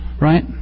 right